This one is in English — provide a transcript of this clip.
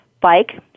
bike